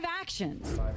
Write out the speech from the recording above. actions